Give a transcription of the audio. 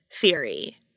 theory